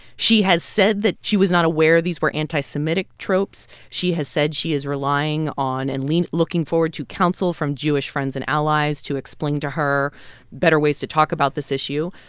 she has said that she was not aware these were anti-semitic tropes. she has said she is relying on and looking forward to counsel from jewish friends and allies to explain to her better ways to talk about this issue.